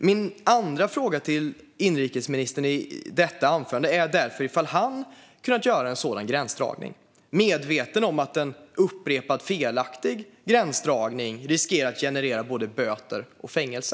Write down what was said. Min andra fråga till inrikesministern i detta inlägg är därför ifall han hade kunnat göra en sådan gränsdragning när man är medveten om att en upprepad felaktig gränsdragning riskerar att generera både böter och fängelse.